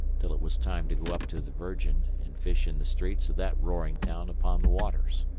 till it was time to go up to the virgin and fish in the streets of that roaring town upon the waters.